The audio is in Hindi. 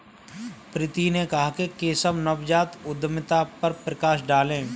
प्रीति ने कहा कि केशव नवजात उद्यमिता पर प्रकाश डालें